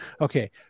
Okay